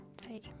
say